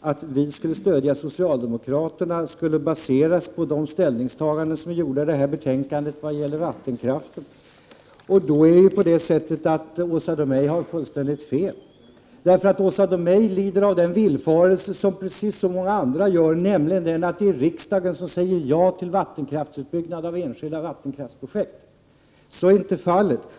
att vi skulle stödja socialdemokraterna baseras på de ställningstaganden som gjordes i samband med arbetet med detta betänkande vad gäller vattenkraften. Men Åsa Domeij har fullständigt fel. I likhet med så många andra svävar också hon i villfarelsen att det är riksdagen som säger ja till vattenkraftsutbyggnad i fråga om enskilda vattenkraftsprojekt. Så är dock inte fallet.